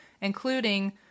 including